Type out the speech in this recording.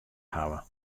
hawwe